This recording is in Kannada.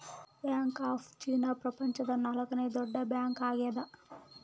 ಬ್ಯಾಂಕ್ ಆಫ್ ಚೀನಾ ಪ್ರಪಂಚದ ನಾಲ್ಕನೆ ದೊಡ್ಡ ಬ್ಯಾಂಕ್ ಆಗ್ಯದ